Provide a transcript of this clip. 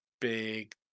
Big